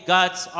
God's